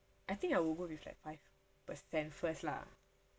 I think I will go with like five percent first lah